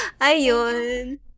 Ayon